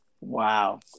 Wow